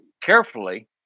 carefully